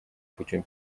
путем